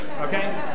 okay